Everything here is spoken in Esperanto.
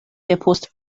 depost